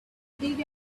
dig